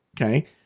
Okay